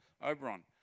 Oberon